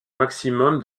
maximum